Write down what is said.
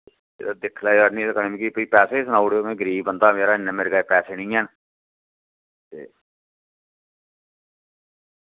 ते दिक्ख लैयो आह्नियै ते कन्नै मिकी फ्ही पैसे बी पैसे बी सनाउड़े ओ मैं गरीब बंदा मेरा इन्ने मेरे कच्छ पैसे नी हैन ते